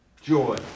Joy